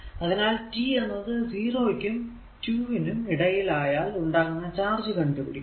അതിനാൽ t എന്നത് 0 ക്കും 2 നും ഇടയിൽ ആയാൽ ഉണ്ടാകുന്ന ചാർജ് കണ്ടു പിടിക്കുക